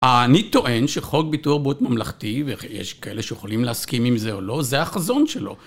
אני טוען שחוק ביטוי ערבות ממלכתי, ויש כאלה שיכולים להסכים עם זה או לא, זה החזון שלו.